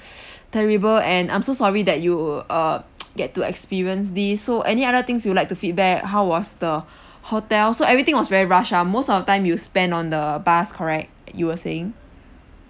terrible and I'm so sorry that you err get to experience this so any other things you like to feedback how was the hotel so everything was very rush ah most of the time you spend on the bus correct you were saying